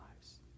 lives